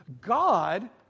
God